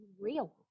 Real